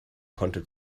konnte